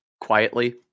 quietly